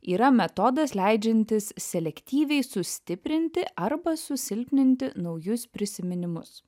yra metodas leidžiantis selektyviai sustiprinti arba susilpninti naujus prisiminimus